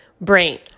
brain